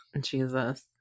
Jesus